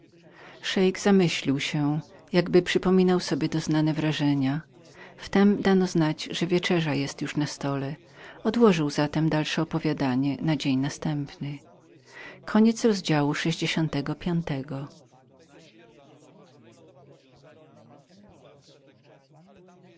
szeik zamyślił się jakby przypominał sobie doznane wrażenia w tem dano znać że wieczerza była na stole odłożył zatem dalsze opowiadanie na dzień następny